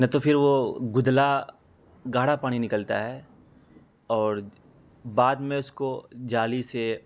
نہ تو پھر وہ گدلا گاڑھا پانی نکلتا ہے اور بعد میں اس کو جالی سے